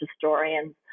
historians